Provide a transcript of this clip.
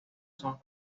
son